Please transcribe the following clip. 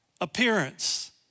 appearance